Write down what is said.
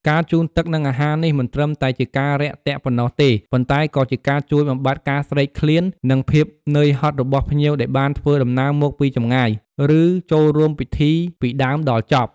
ពួកគាត់ទទួលបន្ទុកក្នុងការរៀបចំ ម្ហូបអាហារបូជាព្រះសង្ឃ និងត្រៀមទុកសម្រាប់ទទួលទានជុំគ្នាជាមួយពុទ្ធបរិស័ទដទៃទៀត រួមទាំងភ្ញៀវផងដែរ។